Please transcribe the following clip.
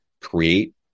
create